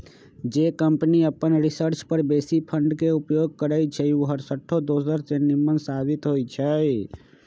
जे कंपनी अप्पन रिसर्च पर बेशी फंड के उपयोग करइ छइ उ हरसठ्ठो दोसर से निम्मन साबित होइ छइ